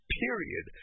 period